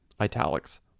Italics